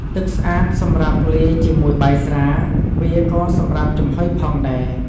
ទឹកស្អាត សម្រាប់លាយជាមួយបាយស្រា វាក៏សម្រាប់ចំហុយផងដែរ។